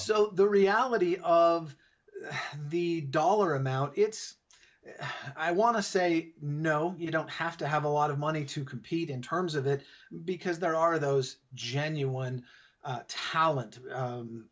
so the reality of the dollar amount it's i want to say no you don't have to have a lot of money to compete in terms of it because there are those genuine talent